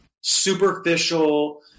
superficial